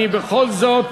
אני בכל זאת,